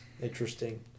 interesting